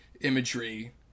imagery